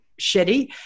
shitty